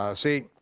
ah see,